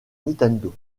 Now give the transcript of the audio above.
nintendo